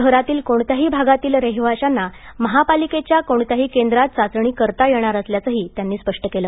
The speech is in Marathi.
शहरातील कोणत्याही भागातील रहिवाशांना महापालिकेच्या कोणत्याही केंद्रात चाचणी करता येणार असल्याचही त्यांनी स्पष्ट केलं